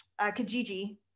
Kijiji